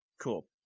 Cool